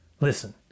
Listen